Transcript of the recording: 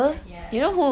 yes yes